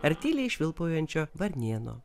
ar tyliai švilpaujančio varnėno